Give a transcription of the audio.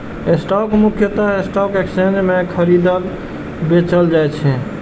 stock मुख्यतः stock exchange मे खरीदल, बेचल जाइ छै